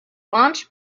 launch